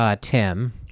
Tim